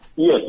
Yes